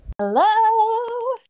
Hello